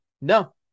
No